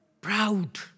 proud